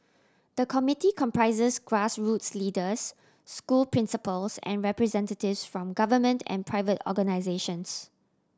the committee comprises grassroots leaders school principals and representatives from government and private organisations